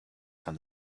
from